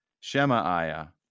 Shemaiah